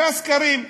אלו הסקרים.